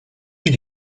îles